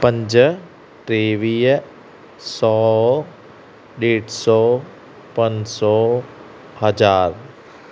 पंज टेवीह सौ ॾेढ सौ पंज सौ हज़ारु